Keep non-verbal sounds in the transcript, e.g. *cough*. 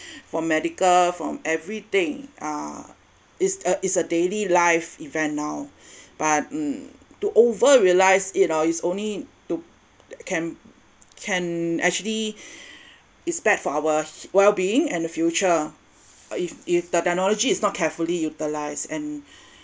from medical from everything ah is a is a daily life event now *breath* but um to over realised it orh is only to can can actually *breath* is bad for our well being and the future if if the technology is not carefully utilized and *breath*